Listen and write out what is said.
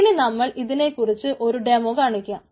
ഇനി നമ്മൾ ഇതിനെക്കുറിച്ച് ഒരു ഡെമോ കാണിക്കാം